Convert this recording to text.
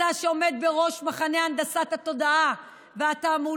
אתה, שעומד בראש מחנה הנדסת התודעה והתעמולה,